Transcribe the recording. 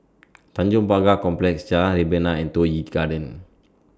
Tanjong Pagar Complex Jalan Rebana and Toh Yi Garden